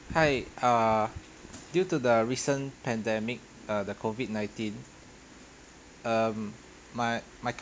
hi uh due to the recent pandemic uh the COVID nineteen um my my